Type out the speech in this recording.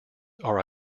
are